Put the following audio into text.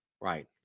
Right